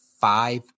five